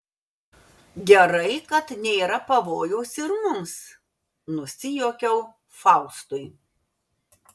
gerai kai nėra pavojaus ir mums nusijuokiau faustui